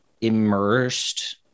immersed